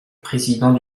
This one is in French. président